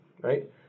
right